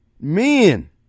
men